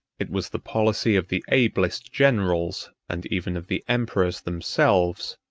it was the policy of the ablest generals, and even of the emperors themselves,